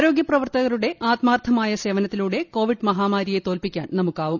ആരോഗ്യപ്പ്പ്പർത്തകരുടെ ആത്മാർത്ഥമായ സേവനത്തിലൂടെ ക്യോവിഡ് മഹാമാരിയെ തോൽപ്പിക്കാൻ നമുക്ക് ആകും